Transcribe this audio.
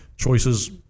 choices